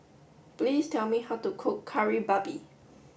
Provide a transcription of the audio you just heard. please tell me how to cook Kari Babi